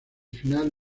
final